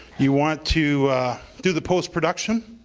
you want to do the post production,